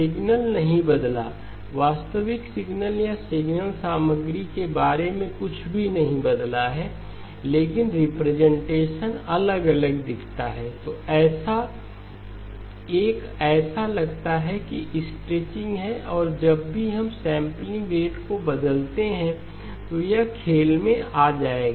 signal नहीं बदला वास्तविक सिग्नल या सिग्नल सामग्री के बारे में कुछ भी नहीं बदला है लेकिन रिप्रेजेंटेशन अलग अलग दिखता है एक ऐसा लगता है कि एक स्ट्रेचिंग है और जब भी हम सेंपलिंग रेट को बदलते हैं तो यह खेल में आ जाएगा